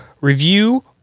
review